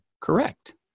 Correct